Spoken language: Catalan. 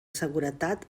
seguretat